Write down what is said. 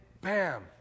bam